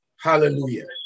hallelujah